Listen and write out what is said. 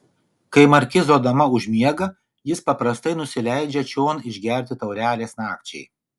kai markizo dama užmiega jis paprastai nusileidžia čion išgerti taurelės nakčiai